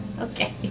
okay